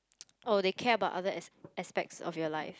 oh they care about others aspects of your life